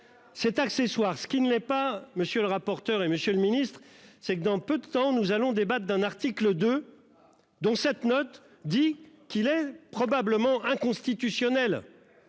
Cet accessoire. Ce qui ne l'est pas. Monsieur le rapporteur. Et Monsieur le Ministre, c'est que dans peu de temps, nous allons débattent d'un article de. Dans cette note dit qu'il est probablement inconstitutionnel.